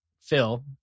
phil